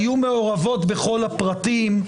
היו מעורבות בכל הפרטים,